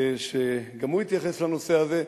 שגם הוא התייחס לנושא הזה,